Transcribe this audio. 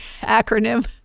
acronym